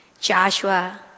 Joshua